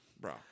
Bro